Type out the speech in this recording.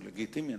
לגיטימי,